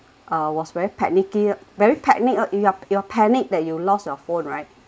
I was very panicky very panicked you're you're panic that you lost your phone right